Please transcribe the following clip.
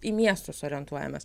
į miestus orientuojamės